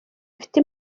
mfite